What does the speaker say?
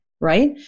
Right